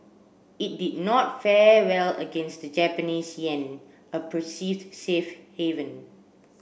it did not fare well against the Japanese yen a perceived safe haven